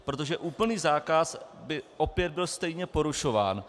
Protože úplný zákaz by opět byl stejně porušován.